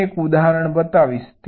હું એક ઉદાહરણ બતાવીશ